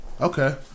Okay